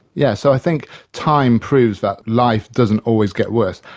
yes, so i think time proves that life doesn't always get worse.